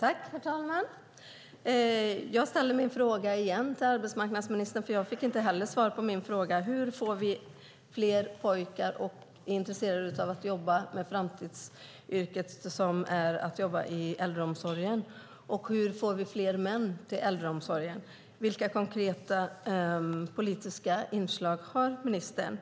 Herr talman! Jag upprepar också mina frågor till arbetsmarknadsministern, för jag fick inte heller svar. Hur får vi fler pojkar intresserade av att jobba med framtidsyrkena inom äldreomsorgen? Hur får vi fler män till äldreomsorgen? Vilka konkreta politiska förslag har ministern?